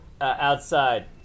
outside